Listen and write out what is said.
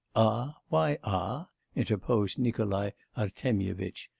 ah! why ah interposed nikolai artemyevitch.